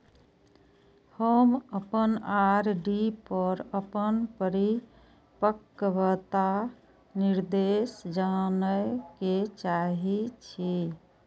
हम अपन आर.डी पर अपन परिपक्वता निर्देश जाने के चाहि छी